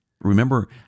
Remember